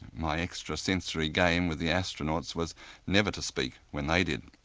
my extra sensory game with the astronauts was never to speak when they did.